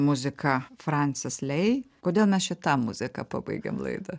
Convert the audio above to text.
muzika fransis lei kodėl mes šita muzika pabaigiam laidą